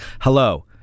hello